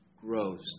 grows